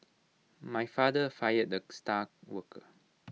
my father fired the star worker